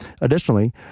additionally